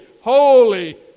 holy